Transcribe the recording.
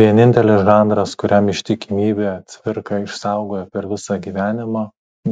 vienintelis žanras kuriam ištikimybę cvirka išsaugojo per visą gyvenimą